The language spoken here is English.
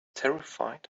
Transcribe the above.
terrified